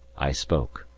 i spoke.